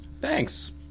Thanks